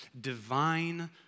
divine